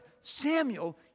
Samuel